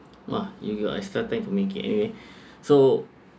!wah! you you got extra time to make it eh so